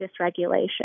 dysregulation